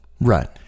Right